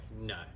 no